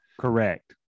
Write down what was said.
correct